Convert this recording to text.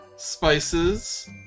Spices